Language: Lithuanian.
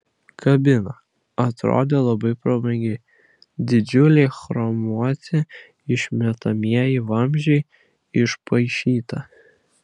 kabina atrodė labai prabangiai didžiuliai chromuoti išmetamieji vamzdžiai išpaišyta